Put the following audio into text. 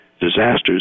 disasters